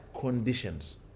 conditions